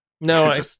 No